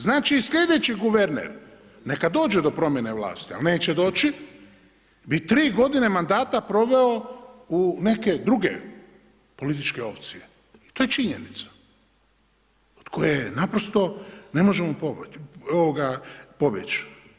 Znači sljedeći guverner neka dođe do promjene vlasti a neće doći bi tri godine mandata proveo u neke druge političke opcije i to je činjenica od koje naprosto ne možemo pobjeći.